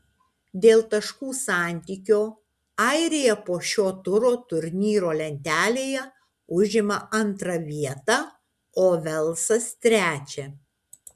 dėl taškų santykio airija po šio turo turnyro lentelėje užima antrą vietą o velsas trečią